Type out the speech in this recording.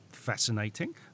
Fascinating